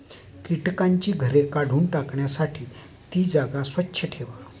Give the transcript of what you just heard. कीटकांची घरे काढून टाकण्यासाठी ती जागा स्वच्छ ठेवा